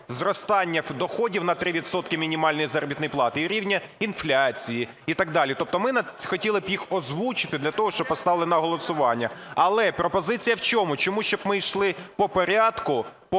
зростання доходів на 3 відсотки мінімальної заробітної плати і рівня інфляції, і так далі. Тобто ми хотіли б їх озвучити для того, щоб поставили на голосування. Але пропозиція в чому, чому щоб ми йшли по порядку,